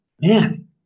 man